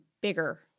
bigger